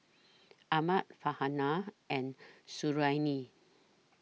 Ahmad Farhanah and Suriani